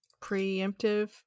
Preemptive